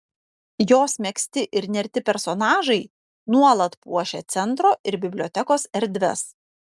jos megzti ir nerti personažai nuolat puošia centro ir bibliotekos erdves